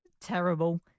terrible